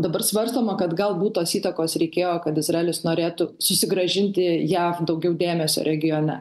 dabar svarstoma kad galbūt tos įtakos reikėjo kad izraelis norėtų susigrąžinti jav daugiau dėmesio regione